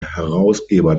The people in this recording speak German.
herausgeber